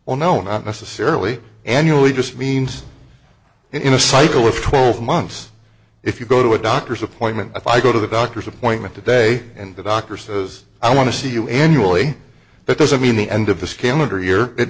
well no not necessarily annually just means in a cycle of twelve months if you go to a doctor's appointment if i go to the doctor's appointment today and the doctor says i want to see you annually that doesn't mean the end of th